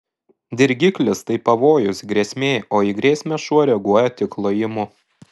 dirgiklis tai pavojus grėsmė o į grėsmę šuo reaguoja tik lojimu